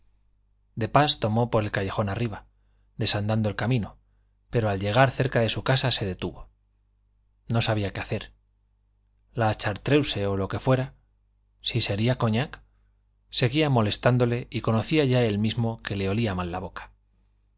de pas tomó por el callejón arriba desandando el camino pero al llegar cerca de su casa se detuvo no sabía qué hacer la chartreuse o lo que fuera si sería cognac seguía molestándole y conocía ya él mismo que le olía mal la boca